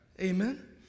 Amen